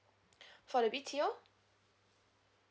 for the B_T_O